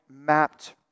mapped